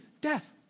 Death